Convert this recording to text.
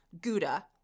gouda